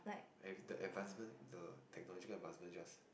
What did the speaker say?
have the advancement the technological advancement just